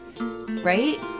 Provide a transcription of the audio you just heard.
right